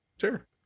Sure